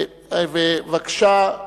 אני